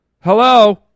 hello